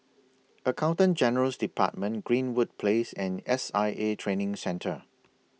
Accountant General's department Greenwood Place and S I A Training Centre